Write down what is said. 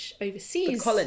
overseas